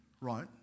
right